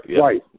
Right